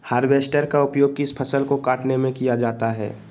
Harvester का उपयोग किस फसल को कटने में किया जाता है?